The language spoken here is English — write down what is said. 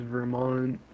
Vermont